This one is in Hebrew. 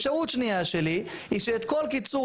אפשרות שנייה שלי היא שאת כל קיצור